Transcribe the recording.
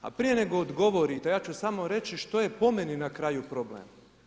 A prije nego dogovorite, ja ću samo reći što je po meni na kraju problem.